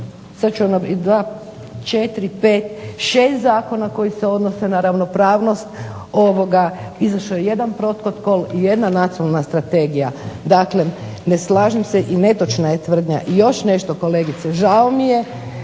sad ću vam nabrojati 2, 4, 5, 6 zakona koji se odnose na ravnopravnost. Izašao je jedan protokol i jedna nacionalna strategija. Dakle, ne slažem se i netočna je tvrdnja. I još nešto kolegice. Žao mi je